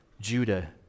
Judah